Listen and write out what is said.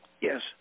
Yes